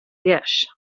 dish